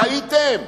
טעיתם?